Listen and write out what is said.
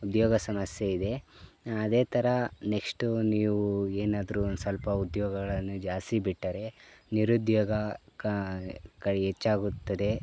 ಉದ್ಯೋಗ ಸಮಸ್ಯೆ ಇದೆ ಅದೇ ಥರ ನೆಕ್ಷ್ಟು ನೀವು ಏನಾದರು ಸ್ವಲ್ಪ ಉದ್ಯೋಗಗಳನ್ನು ಜಾಸ್ತಿ ಬಿಟ್ಟರೆ ನಿರುದ್ಯೋಗ ಕ ಕ ಹೆಚ್ಚಾಗುತ್ತದೆ